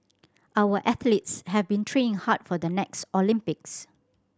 our athletes have been training hard for the next Olympics